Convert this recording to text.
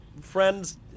friends